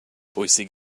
bwysig